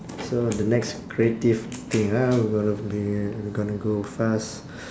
so the next creative thing ah we gonna be we gonna go fast